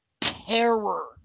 terror